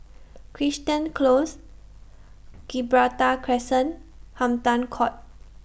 Crichton Close Gibraltar Crescent Hampton Court